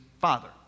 father